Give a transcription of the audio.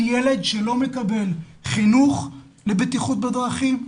ילד שלא מקבל חינוך לבטיחות בדרכים,